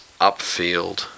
upfield